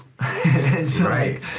Right